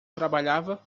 trabalhava